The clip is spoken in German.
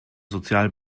sozial